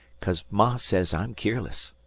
cause ma sez i'm keerless.